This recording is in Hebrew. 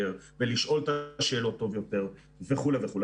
ולשאול את השאלות טוב יותר וכו' וכו',